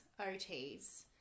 OTs